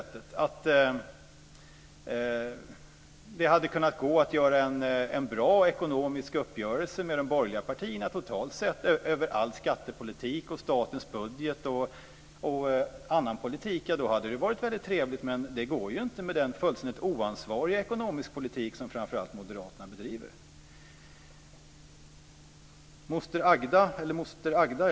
Men det går inte med den fullständigt oansvariga ekonomiska politik som framför allt Moderaterna bedriver. Det talades förut om moster Agda.